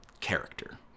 character